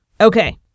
Okay